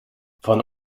von